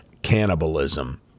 cannibalism